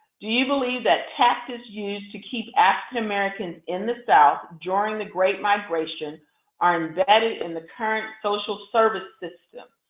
do you believe that tax is used to keep african americans in the south during the great migration are embedded in the current social service system?